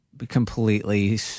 completely